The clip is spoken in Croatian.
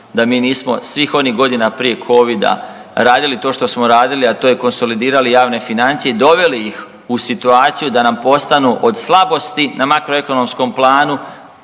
da mi nismo svih onih godina prije Covida radili to što smo radili, a to je konsolidirali javne financije i doveli ih u situaciju da nam postanu od slabosti na makroekonomskom planu